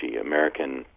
American